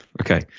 Okay